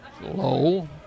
Low